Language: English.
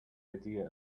idea